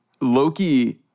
Loki